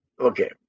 Okay